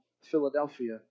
Philadelphia